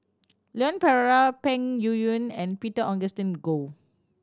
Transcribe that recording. Leon Perera Peng Yuyun and Peter Augustine Goh